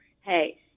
hey